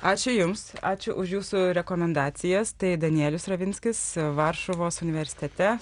ačiū jums ačiū už jūsų rekomendacijas tai danielius ravinskis varšuvos universitete